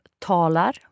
talar